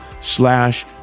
slash